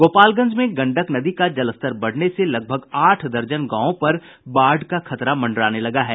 गोपालगंज में गंडक नदी का जलस्तर बढ़ने से लगभग आठ दर्जन गांवों पर बाढ़ का खतरा मंडराने लगा है